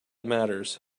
matters